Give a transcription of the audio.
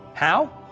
how?